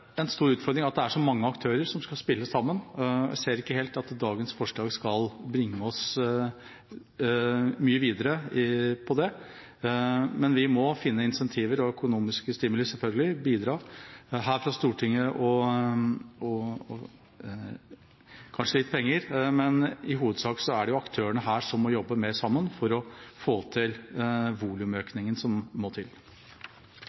en stor utfordring at det er så mange aktører som skal spille sammen. Jeg ser ikke helt at dagens forslag skal bringe oss mye videre på det, men vi må finne incentiver og selvfølgelig økonomiske stimuli, bidra her fra Stortinget – kanskje med litt penger. Men i hovedsak er det aktørene som her må jobbe mer sammen for å få den volumøkningen som må til.